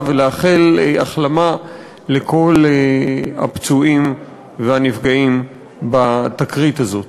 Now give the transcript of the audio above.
ולאחל החלמה לכל הפצועים והנפגעים בתקרית הזאת.